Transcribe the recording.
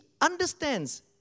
understands